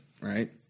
Right